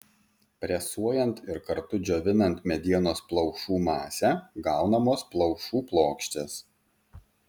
presuojant ir kartu džiovinant medienos plaušų masę gaunamos plaušų plokštės